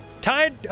tied